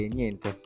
niente